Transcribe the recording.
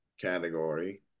category